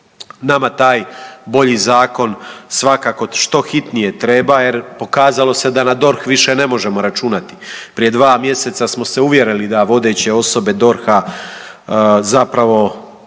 Nama taj bolji zakon svakako što hitnije treba, jer pokazalo se da na DORH više ne možemo računati. Prije dva mjeseca smo se uvjerili da vodeće osobe DORH-a zapravo